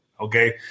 okay